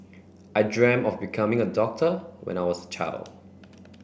I dreamt of becoming a doctor when I was child